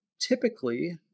typically